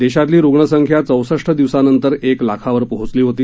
देशातली रुण संख्या चौसष्ट दिवसांनंतर एक लाखावर पोहचली होती